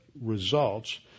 results